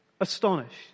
astonished